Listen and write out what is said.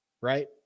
right